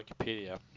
Wikipedia